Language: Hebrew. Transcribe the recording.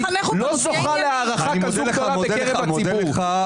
לא זוכה להערכה כזו גדולה בקרב הציבור.